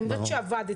אני יודעת שעבדתם.